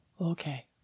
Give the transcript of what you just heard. okay